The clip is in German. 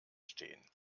stehen